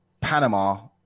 Panama